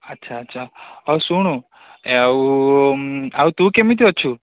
ଆଚ୍ଛା ଆଚ୍ଛା ହଉ ଶୁଣୁ ଆଉ ଆଉ ତୁ କେମିତି ଅଛୁ